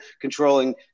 controlling